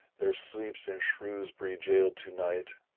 there sleeps in shrewsbury jail to-night,